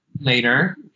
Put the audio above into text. later